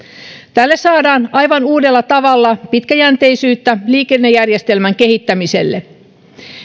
tällä saadaan aivan uudella tavalla pitkäjänteisyyttä liikennejärjestelmän kehittämiselle